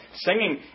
Singing